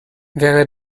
wäre